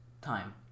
time